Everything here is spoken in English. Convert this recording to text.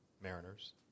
Mariners